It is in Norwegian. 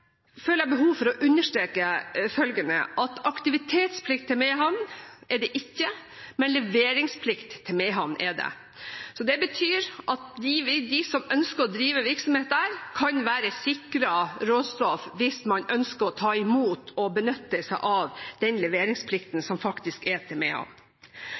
føler jeg behov for å understreke at aktivitetsplikt til Mehamn er det ikke, men leveringsplikt til Mehamn er det. Det betyr at de som ønsker å drive virksomhet der, kan være sikret råstoff hvis man ønsker å ta imot og benytte seg av den leveringsplikten som faktisk er til Mehamn. Jeg mener at regjeringen og samtlige partier har en god virkelighetsforståelse av